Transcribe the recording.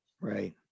Right